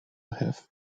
have